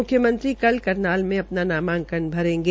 मुख्यमंत्री कल करनाल से अपना नामांकन भरेंगे